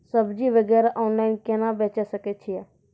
सब्जी वगैरह ऑनलाइन केना बेचे सकय छियै?